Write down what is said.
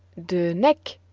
de nick,